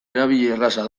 erabilerraza